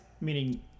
meaning